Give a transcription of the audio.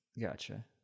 Gotcha